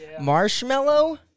Marshmallow